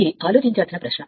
ఇది ఆలోచించాల్సిన ప్రశ్న